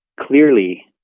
clearly